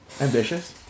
ambitious